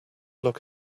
look